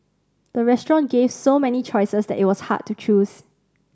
the restaurant gave so many choices that it was hard to choose